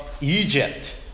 Egypt